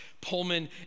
Pullman